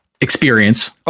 experience